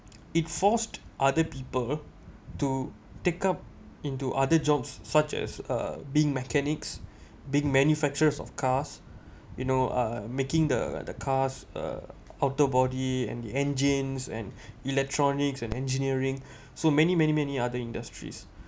it forced other people to take up into other jobs such as uh being mechanics being manufacturers of cars you know uh making the the cars uh auto body and the engines and electronics and engineering so many many many other industries